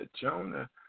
Jonah